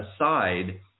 aside